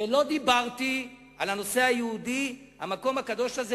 ולא דיברתי על הנושא היהודי, המקום הקדוש הזה.